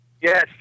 Yes